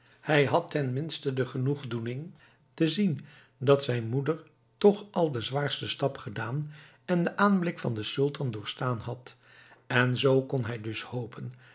hij had tenminste de genoegdoening te zien dat zijn moeder toch al den zwaarsten stap gedaan en den aanblik van den sultan doorstaan had en zoo kon hij dus hopen